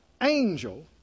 angel